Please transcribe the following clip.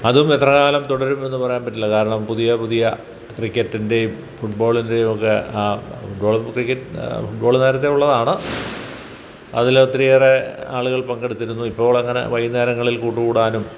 അതും എത്ര കാലം തുടരുമെന്ന് പറയാൻ പറ്റില്ല കാരണം പുതിയ പുതിയ ക്രിക്കറ്റിൻ്റെയും ഫുട്ബോളിൻ്റെയും ഒക്കെ ബോളും ക്രിക്കറ്റ് ഫുട്ബോൾ നേരത്തെ ഉള്ളതാണ് അതിൽ ഒത്തിരിയേറെ ആളുകൾ പങ്കെടുത്തിരുന്നു ഇപ്പോൾ അങ്ങനെ വൈകുന്നേരങ്ങളിൽ കൂട്ടുകൂടാനും